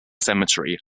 cemetery